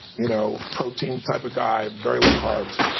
you know protein type of guy, very low carbs.